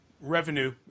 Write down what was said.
Revenue